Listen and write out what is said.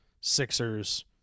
Sixers